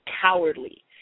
cowardly